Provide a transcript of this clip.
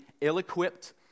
ill-equipped